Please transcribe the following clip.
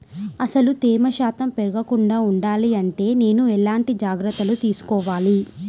అసలు తేమ శాతం పెరగకుండా వుండాలి అంటే నేను ఎలాంటి జాగ్రత్తలు తీసుకోవాలి?